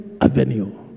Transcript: Avenue